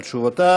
על תשובותיו.